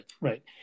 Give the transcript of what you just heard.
Right